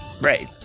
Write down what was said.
Right